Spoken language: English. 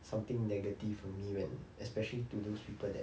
something negative for me when especially to those people that